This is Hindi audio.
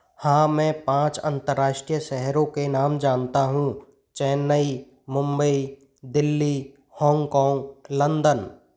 हाँ मैं पाँच अंतर्राष्टीय शहरों के नाम जानता हूँ चेन्नई मुम्बई दिल्ली हॉन्गकॉन्ग लंदन